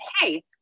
Hey